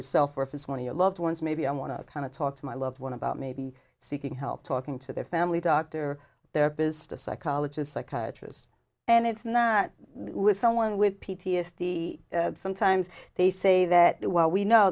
yourself or if it's one of your loved ones maybe i want to kind of talk to my loved one about maybe seeking help talking to their family doctor there is a psychologist psychiatrist and it's not with someone with p t s d sometimes they say that well we know